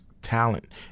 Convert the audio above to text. talent